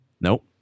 Nope